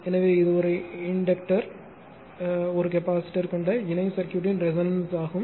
எனவே இது ஒரு இன்டக்டர் ஒரு கெபாசிட்டர் கொண்ட இணை சர்க்யூட்ன் ரெசோனன்ஸ்ல் ஆகும்